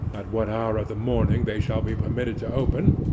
at what hour of the morning they shall be permitted to open,